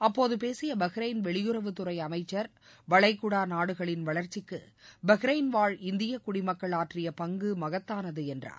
அப்போது பேசிய பஹ்ரைன் வெளியுறவுத்துறை அமைச்சர் வளைகுடா நாடுகளின் வளர்ச்சிக்கு பஹ்ரைன் வாழ் இந்திய குடிமக்கள் ஆற்றிய பங்கு மகத்தானது என்றார்